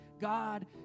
God